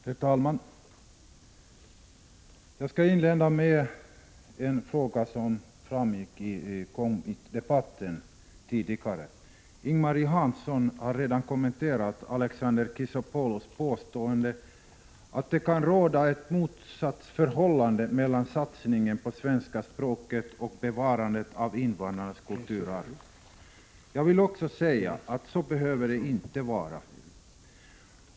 Herr talman! Jag skall inleda med en fråga som tidigare har tagits upp i debatten. Ing-Marie Hansson har redan kommenterat Alexander Chrisopoulos påstående att det kan råda ett motsatsförhållande mellan satsningen på svenska språket och bevarandet av invandrarnas kulturarv. Så behöver det inte vara.